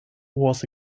was